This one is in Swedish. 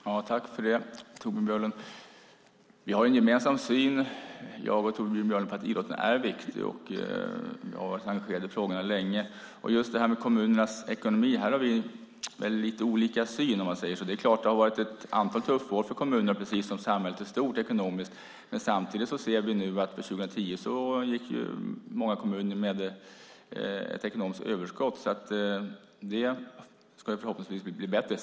Fru talman! Jag tackar Torbjörn Björlund för repliken. Vi har en gemensam syn på att idrotten är viktig. Jag har varit engagerad i dessa frågor länge. Kommunernas ekonomi har vi lite olika syn på. Det har varit ett antal tuffa år för kommunerna ekonomiskt, precis som för samhället i stort, men vi ser nu att många kommuner gick med ekonomiskt överskott 2010. Det ska förhoppningsvis bli bättre.